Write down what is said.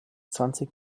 zwanzig